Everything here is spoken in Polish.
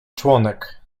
członek